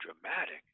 dramatic